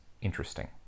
interesting